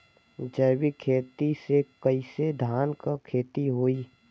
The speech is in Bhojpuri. जैविक खेती से कईसे धान क खेती होई?